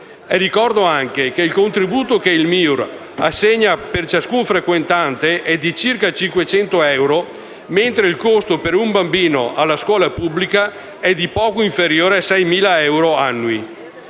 ricordo anche che il contributo che il MIUR assegna per ciascun frequentante è di 500 euro, mentre il costo per un bambino alla scuola pubblica è di poco inferiore a 6.000 euro annui.